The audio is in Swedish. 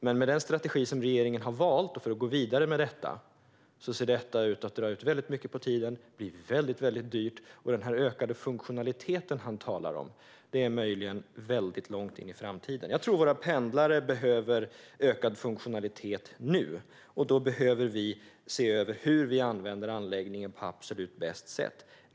Men med den strategi som regeringen har valt för att gå vidare med detta ser det ut att dra ut väldigt mycket på tiden och bli mycket dyrt. Den ökade funktionalitet som statsrådet talar om ligger möjligen långt in i framtiden. Jag tror att våra pendlare behöver ökad funktionalitet nu. Då bör vi se över hur man använder anläggningen på det absolut bästa sättet.